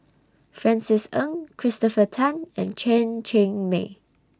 Francis Ng Christopher Tan and Chen Cheng Mei